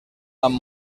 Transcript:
amb